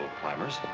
climbers